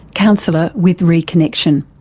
counsellor with reconnexion.